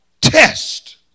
Test